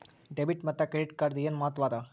Debit ಮತ್ತ credit ಕಾರ್ಡದ್ ಏನ್ ಮಹತ್ವ ಅದ?